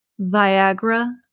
Viagra